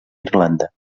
irlanda